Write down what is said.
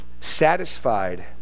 Satisfied